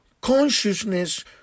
consciousness